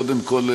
קודם כול,